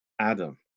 Adam